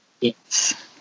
Yes